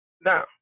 Now